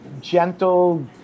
gentle